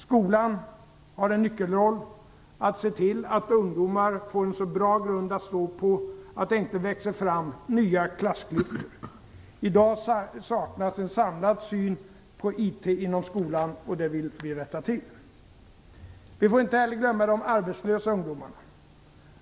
Skolan har en nyckelroll; att se till att alla ungdomar får en så bra grund att stå på att det inte växer fram nya klassklyftor. I dag saknas en samlad syn på IT inom skolan. Det vill vi rätta till. Vi får inte heller glömma de arbetslösa ungdomarna.